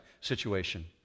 situation